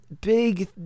Big